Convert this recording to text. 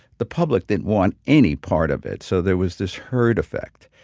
the public didn't want any part of it. so there was this herd effect.